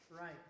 right